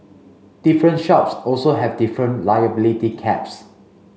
different shops also have different liability caps